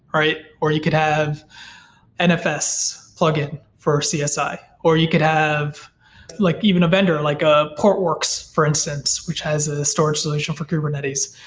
right? or you could have nfs plug-in for csi, or you could have like even a bender, like a port works for instance, which has a storage solution for kubernetes.